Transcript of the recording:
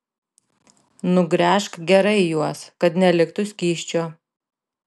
nugręžk gerai juos kad neliktų skysčio